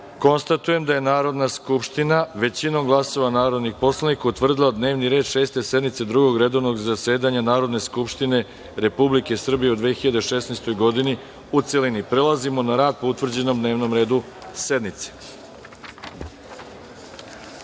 glasanje. Konstatujem da je Narodna skupština većinom glasova narodnih poslanika utvrdila dnevni red Šeste sednice Drugog redovnog zasedanja Narodne skupštine Republike Srbije u 2016. godini, u celini. Prelazimo na rad po utvrđenom dnevnom redu sednice. Saglasno